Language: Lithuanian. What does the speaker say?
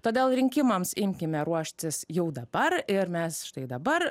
todėl rinkimams imkime ruoštis jau dabar ir mes štai dabar